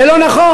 זה לא נכון,